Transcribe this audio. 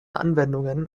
anwendungen